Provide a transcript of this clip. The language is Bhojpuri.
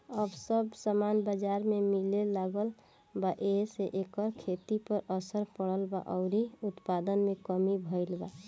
अब सब सामान बजार में मिले लागल बा एसे एकर खेती पर असर पड़ल बा अउरी उत्पादन में कमी भईल बा